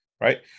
right